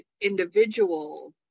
individual